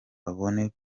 babone